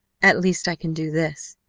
at least i can do this,